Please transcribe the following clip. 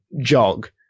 jog